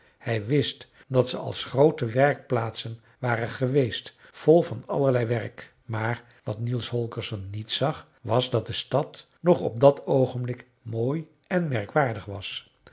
hij wist dat ze als groote werkplaatsen waren geweest vol van allerlei werk maar wat niels holgersson niet zag was dat de stad nog op dat oogenblik mooi èn merkwaardig was